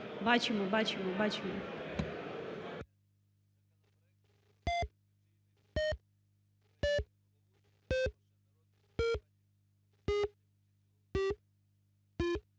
Бачимо. Бачимо. Бачимо.